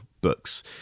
books